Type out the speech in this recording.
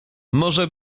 może